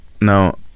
now